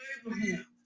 Abraham